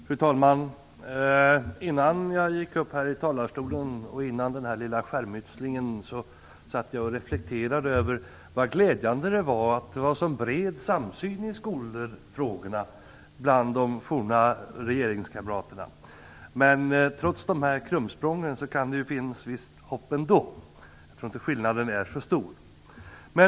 Fru talman! Innan jag gick upp här i talarstolen, och innan den här lilla skärmytslingen, satt jag och reflekterade över hur glädjande det var att det var en sådan bred samsyn i skolfrågorna bland de forna regeringskamraterna. Men trots de här krumsprången kan det finnas visst hopp. Jag tror inte att skillnaden är så stor.